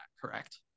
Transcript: correct